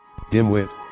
Dimwit